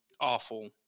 awful